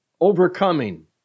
overcoming